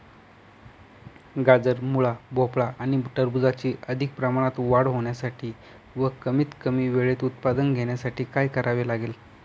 गाजर, मुळा, भोपळा आणि टरबूजाची अधिक प्रमाणात वाढ होण्यासाठी व कमीत कमी वेळेत उत्पादन घेण्यासाठी काय करावे लागेल?